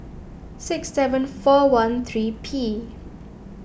six seven four one three P